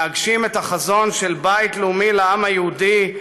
להגשים את החזון של בית לאומי לעם היהודי.